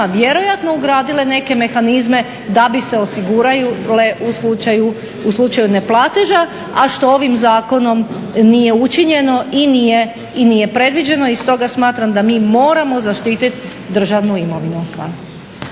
vjerojatno ugradile neke mehanizme da bi se osigurale u slučaju neplateža, a što ovim zakonom nije učinjeno i nije predviđeno. I stoga smatram da mi moramo zaštiti državnu imovinu.